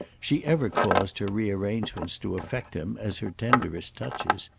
she ever caused her rearrangements to affect him as her tenderest touches.